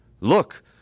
Look